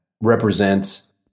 represents